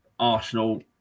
Arsenal